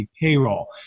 payroll